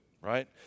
right